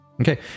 Okay